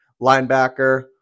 linebacker